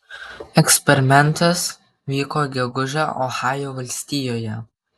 eksperimentas vyko gegužę ohajo valstijoje